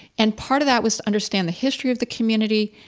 and part of that was to understand the history of the community,